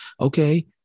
okay